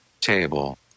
table